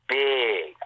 big